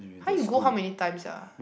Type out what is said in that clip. ah you go how many times sia